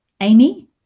amy